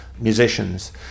musicians